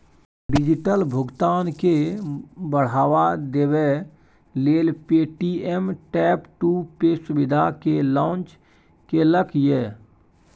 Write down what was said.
digital भुगतान केँ बढ़ावा देबै लेल पे.टी.एम टैप टू पे सुविधा केँ लॉन्च केलक ये